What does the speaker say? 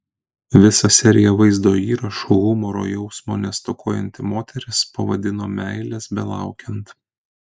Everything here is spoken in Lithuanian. visą seriją vaizdo įrašų humoro jausmo nestokojanti moteris pavadino meilės belaukiant